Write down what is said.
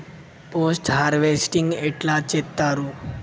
Post harvesting ఎట్ల చేత్తరు?